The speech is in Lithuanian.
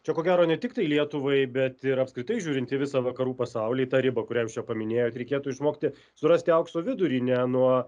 čia ko gero ne tiktai lietuvai bet ir apskritai žiūrint į visą vakarų pasaulį tą ribą kurią jūs čia paminėjot reikėtų išmokti surasti aukso vidurį ne nuo